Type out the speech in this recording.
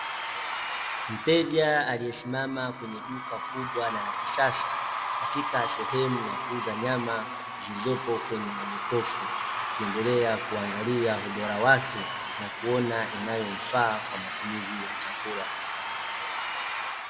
Mteja aliyesimama kwenye duka kubwa na la kisasa katika sehemu ya kuuza nyama zilizopo kwenye majokofu akiendelea kuangalia ubora wake na kuona inayomfaa kwa matumizi ya chakula.